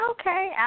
Okay